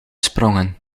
sprongen